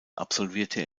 absolvierte